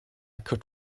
could